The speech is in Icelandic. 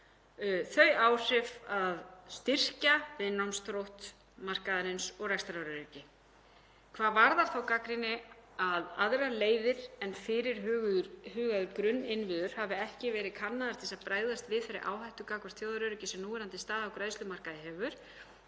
þau áhrif að styrkja viðnámsþrótt markaðarins og rekstraröryggi. Hvað varðar þá gagnrýni að aðrar leiðir en fyrirhugaðir grunninnviðir hafi ekki verið kannaðar til að bregðast við þeirri áhættu gagnvart þjóðaröryggi sem núverandi staða á greiðslumarkaði hefur